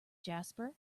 jasper